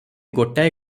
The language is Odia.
ଗୋଟାଏ